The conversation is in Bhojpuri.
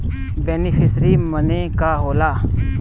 बेनिफिसरी मने का होला?